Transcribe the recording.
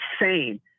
insane